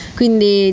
quindi